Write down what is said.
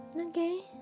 Okay